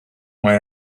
mae